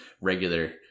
regular